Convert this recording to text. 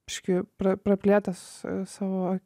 biškį pra praplėtęs savo